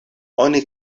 oni